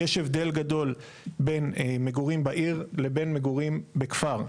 יש הבדל גדול בין מגורים בעיר לבין מגורים בכפר.